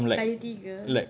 kayu tiga